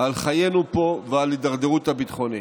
על חיינו פה ועל ההידרדרות הביטחונית.